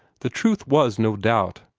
the truth was, no doubt,